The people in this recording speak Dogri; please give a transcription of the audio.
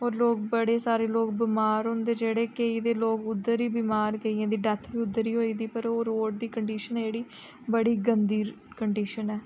होर लोक बड़े सारे लोक बमार होंदे जेह्ड़े केईं ते लोक उद्धर ही बीमार केइयें दी डैथ बी उद्धर होई जंदी पर ओह् रोड़ दी कंडिशन जेह्ड़ी बड़ी गंदी कंडिशन ऐ